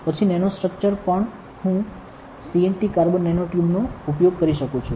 પછી nano structure પણ હું CNT કાર્બન નેનો ટ્યુબનો ઉપયોગ કરી શકું છું